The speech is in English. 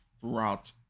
throughout